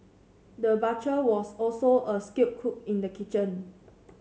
the butcher was also a skilled cook in the kitchen